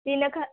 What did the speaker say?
तीन एक ह